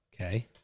Okay